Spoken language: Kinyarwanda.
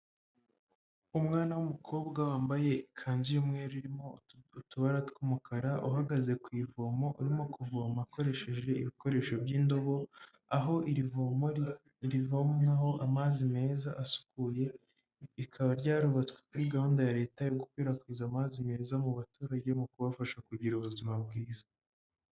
Umwana w'umukobwa wambaye ikanzu y'umweru irimo utubara tw'umukara uhagaze ku ivomo urimo kuvoma akoresheje ibikoresho by'indobo aho iri voma rivomwaho amazi meza asukuye rikaba ryarubatswe kuri gahunda ya leta yo gukwirakwiza amazi meza mu baturage mu kubafasha kugira ubuzima bwiza.